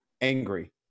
angry